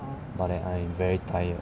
but then I am very tired